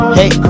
hey